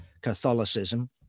Catholicism